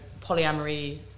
polyamory